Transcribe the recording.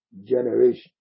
generation